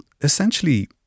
essentially